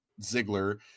ziggler